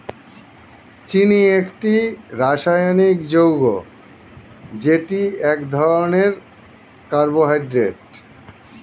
চিনি একটি রাসায়নিক যৌগ যেটি এক ধরনের কার্বোহাইড্রেট